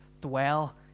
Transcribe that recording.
dwell